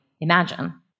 imagine